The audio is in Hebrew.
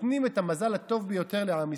נותנים את המזל הטוב ביותר לעם ישראל.